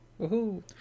Woohoo